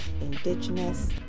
Indigenous